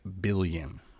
billion